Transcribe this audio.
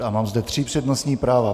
A mám zde tři přednostní práva.